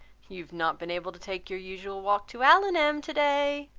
you have not been able to take your usual walk to allenham today.